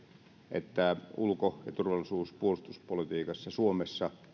että ulko ja turvallisuus puolustuspolitiikassa suomessa